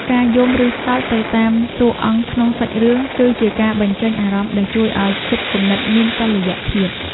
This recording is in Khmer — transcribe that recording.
ការយំឬសើចទៅតាមតួអង្គក្នុងសាច់រឿងគឺជាការបញ្ចេញអារម្មណ៍ដែលជួយឱ្យចិត្តគំនិតមានតុល្យភាព។